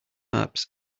maps